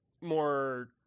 more